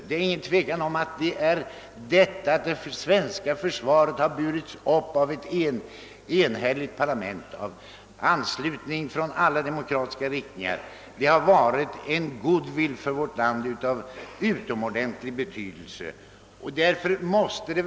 Det är inget tvivel om att det svenska försvaret, som har burits upp under anslutning från alla demokratiska partier, har inneburit en utomordentlig goodwill för vårt land.